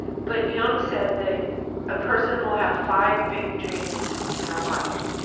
but jung said that a person will have five big dreams in her life.